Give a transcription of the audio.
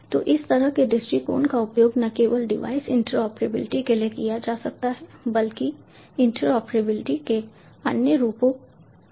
तो इस तरह के दृष्टिकोण का उपयोग न केवल डिवाइस इंटरऑपरेबिलिटी के लिए किया जा सकता है बल्कि इंटरऑपरेबिलिटी के अन्य रूपों के रूप में भी किया जा सकता है